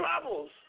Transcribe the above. troubles